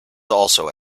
also